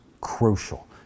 crucial